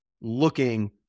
looking